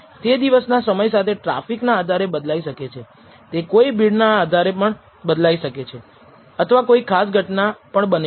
તેથી કોન્ફિડન્સ ઈન્ટર્વલસથી જ નકારી અથવા નલ પૂર્વધારણા કરવી શક્ય છે